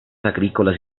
agrícolas